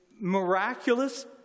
miraculous